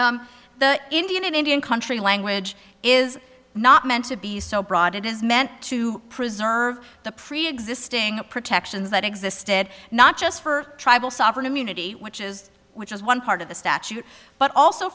a the indian in indian country language is not meant to be so broad it is meant to preserve the preexisting protections that existed not just for tribal sovereign immunity which is which is one part of the statute but also